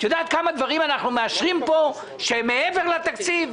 את יודעת כמה דברים אנחנו מאשרים פה שהם מעבר לתקציב?